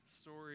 story